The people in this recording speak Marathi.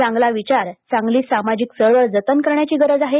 चांगला विचार चांगली सामाजिक चळवळ जतन करण्याची गरज आहे